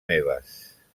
meves